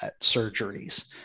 surgeries